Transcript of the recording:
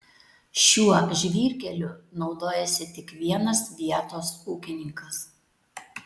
šiuo žvyrkeliu naudojasi tik vienas vietos ūkininkas